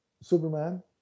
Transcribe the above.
superman